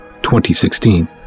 2016